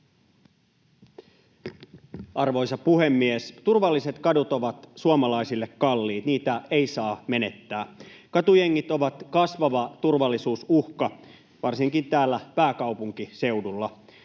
Arvoisa puhemies! Turvalliset kadut ovat suomalaisille kalliit, niitä ei saa menettää. Katujengit ovat kasvava turvallisuusuhka varsinkin täällä pääkaupunkiseudulla.